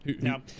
Now